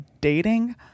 dating